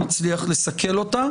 נצליח לסכל אותה,